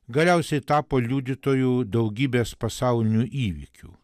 galiausiai tapo liudytoju daugybės pasaulinių įvykių